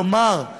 כלומר,